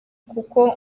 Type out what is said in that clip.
kuko